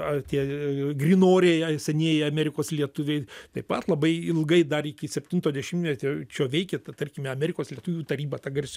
a tie grynoriai ai senieji amerikos lietuviai taip pat labai ilgai dar iki septinto dešimtmetio čio veikė tarkime amerikos lietuvių taryba ta gars